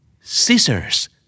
Scissors